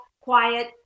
quiet